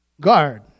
guard